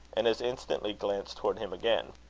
and as instantly glanced towards him again.